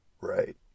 Right